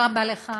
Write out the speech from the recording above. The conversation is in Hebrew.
תודה רבה לך.